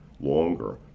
longer